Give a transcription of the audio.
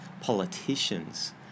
politicians